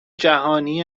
جهانی